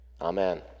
amen